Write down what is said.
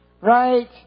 Right